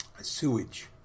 sewage